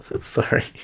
Sorry